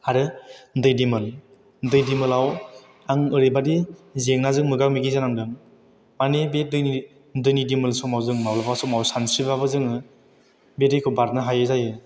आरो दै दिमोल दै दिमोलाव आं ओरैबायदि जेंनाजों मोगा मोगि जानांदों माने बे दैनि दिमोल समाव जों माब्लाबा समाव सानस्रिबाबो जोङो बे दैखौ बारनो हायि जायो